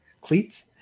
cleats